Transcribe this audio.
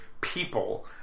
people